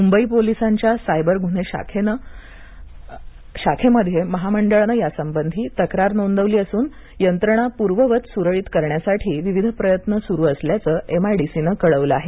मुंबई पोलिसांच्या सायबर गुन्हे शाखेमधील महामंडळानं यासंबंधी तक्रार नोंदवली असून यंत्रणा पूर्ववत सुरळीत करण्यासाठी विविध प्रयत्न सुरु असल्याचं एमआयडीसी कळवलं आहे